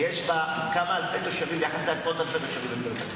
ויש בה כמה אלפי תושבים ביחס לעשרות אלפי תושבים בבני ברק.